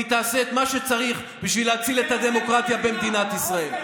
והיא תעשה את מה שצריך בשביל להציל את הדמוקרטיה במדינת ישראל.